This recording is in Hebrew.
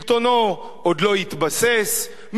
שלטונו עוד לא התבסס,